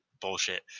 bullshit